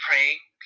Praying